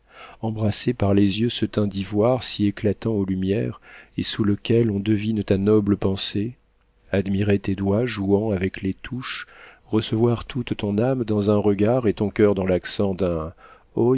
embrasser par les yeux ce teint d'ivoire si éclatant aux lumières et sous lequel on devine ta noble pensée admirer tes doigts jouant avec les touches recevoir toute ton âme dans un regard et ton coeur dans l'accent d'un